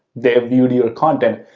they viewed your content.